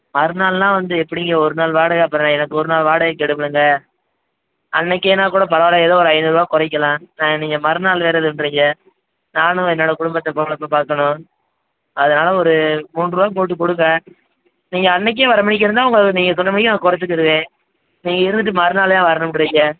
மறுநாள்னால் வந்து எப்படிங்க ஒரு நாள் வாடகை அப்புறோம் எனக்கு ஒரு நாள் வாடகை கெடும்லைங்க அன்றைக்கேன்னா கூட பரவாயில்ல ஏதோ ஒரு ஐந்நூறுபா குறைக்கலாம் நீங்கள் மறுநாள் வேறு சொல்லுறீங்க நானும் என்னோடய குடும்பத்தை பொழைப்ப பார்க்கணும் அதனால் ஒரு மூன்றுரூவா போட்டுக் கொடுங்க நீங்கள் அன்றைக்கே வர்ற மாதிரிக்கி இருந்தால் உங்கள் நீங்கள் சொன்ன மாதிரிக்கி நான் குறச்சிக்கிருவேன் நீங்கள் இருந்துவிட்டு மறுநாள் தான் வரணும்ன்றீங்க